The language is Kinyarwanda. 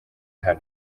hano